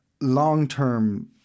long-term